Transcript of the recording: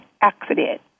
accident